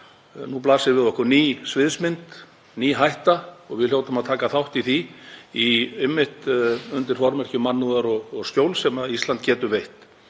Nú blasir við okkur ný sviðsmynd, ný hætta og við hljótum að taka þátt í því, einmitt undir formerkjum mannúðar og skjóls sem Ísland getur veitt.